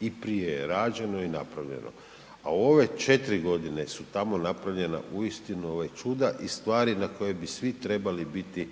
i prije je rađeno i napravljeno. A u ove 4.g. godine su tamo napravljena uistinu ovaj čuda i stvari na koje bi svi trebali biti